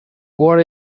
what